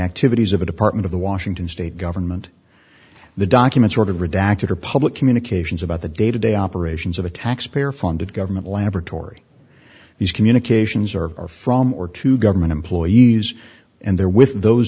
activities of a department of the washington state government the documents were redacted or public communications about the day to day operations of a taxpayer funded government laboratory these communications are from or to government employees and their with those